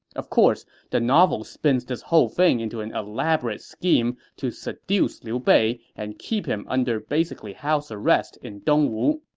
of course, the novel spins this whole thing into an elaborate scheme to seduce liu bei and keep him under basically house arrest in dongwu.